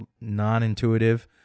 non-intuitive